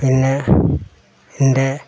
പിന്നെ എൻ്റെ